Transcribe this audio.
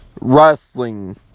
wrestling